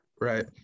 Right